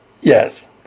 Yes